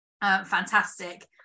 fantastic